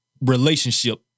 relationship